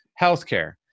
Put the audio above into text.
healthcare